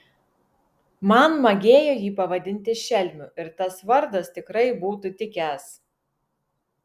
man magėjo jį pavadinti šelmiu ir tas vardas tikrai būtų tikęs